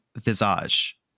Visage